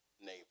neighbor